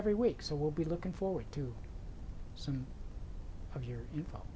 every week so we'll be looking forward to some of your